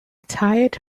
tired